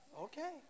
okay